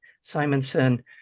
Simonson